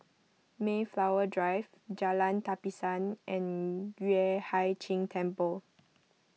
Mayflower Drive Jalan Tapisan and Yueh Hai Ching Temple